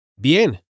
Bien